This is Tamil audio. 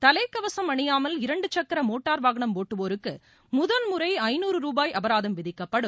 தலைக்கவசம் அணியாமல் இரண்டுசக்கர மோட்டார் வாகனம் ஓட்டுவோருக்கு முதன்முறையில் ஐநூறு ருபாய் அபராதம் விதிக்கப்படும்